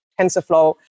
TensorFlow